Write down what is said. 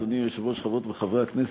אדוני היושב-ראש, תודה רבה, חברות וחברי הכנסת,